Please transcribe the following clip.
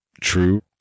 true